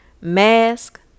mask